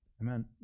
Amen